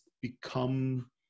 become